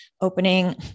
opening